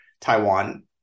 Taiwan